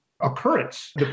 occurrence